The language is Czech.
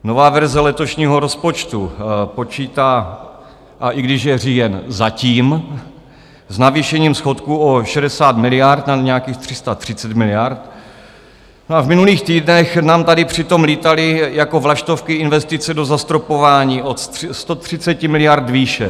Nová verze letošního rozpočtu počítá, a i když je říjen, zatím s navýšením schodku o 60 miliard na nějakých 330 miliard, no a v minulých týdnech nám tady přitom lítaly jako vlaštovky investice do zastropování od 130 miliard výše.